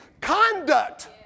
conduct